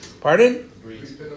Pardon